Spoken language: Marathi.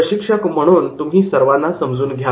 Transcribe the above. प्रशिक्षक म्हणून तुम्ही सर्वांना समजून घ्या